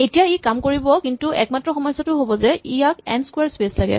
এতিয়া ই কাম কৰিব কিন্তু একমাত্ৰ সমস্যাটো হ'ব যে ইয়াক এন ক্সোৱাৰ স্পেচ লাগে